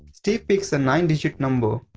steve picks a nine digit number.